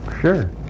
Sure